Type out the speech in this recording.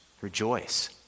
rejoice